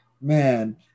Man